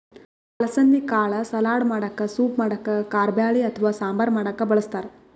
ಅಲಸಂದಿ ಕಾಳ್ ಸಲಾಡ್ ಮಾಡಕ್ಕ ಸೂಪ್ ಮಾಡಕ್ಕ್ ಕಾರಬ್ಯಾಳಿ ಅಥವಾ ಸಾಂಬಾರ್ ಮಾಡಕ್ಕ್ ಬಳಸ್ತಾರ್